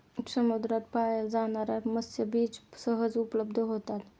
समुद्रात पाळल्या जाणार्या मत्स्यबीज सहज उपलब्ध होतात